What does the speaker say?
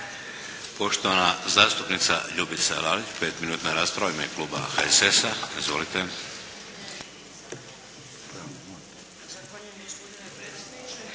Poštovana zastupnica Ljubica Lalić, petminutna rasprava u ime kluba HSS-a. Izvolite.